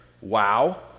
Wow